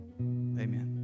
Amen